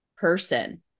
person